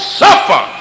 suffer